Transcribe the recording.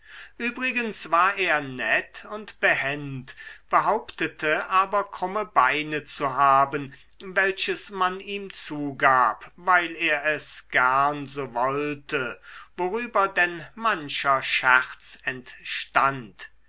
übrigens war er nett und behend behauptete aber krumme beine zu haben welches man ihm zugab weil er es gern so wollte worüber denn mancher scherz entstand